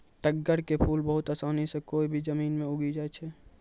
तग्गड़ के फूल बहुत आसानी सॅ कोय भी जमीन मॅ उगी जाय छै